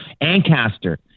Ancaster